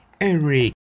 Eric